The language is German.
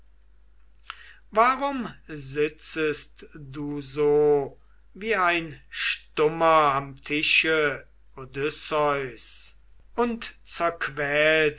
warum sitzest du so wie ein stummer am tische odysseus und